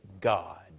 God